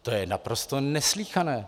To je naprosto neslýchané.